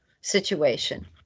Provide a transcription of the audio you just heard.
situation